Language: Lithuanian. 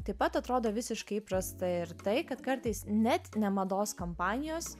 taip pat atrodo visiškai įprasta ir tai kad kartais net ne mados kompanijos